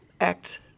act